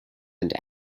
into